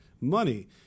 money